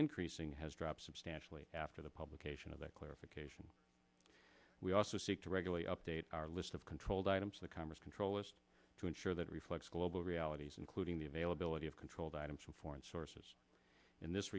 increasing has dropped substantially after the publication of that clarification we also seek to regularly update our list of controlled items that congress control is to ensure that reflects global realities including the availability of controlled items from foreign sources in this